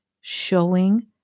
showing